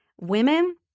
women